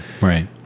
right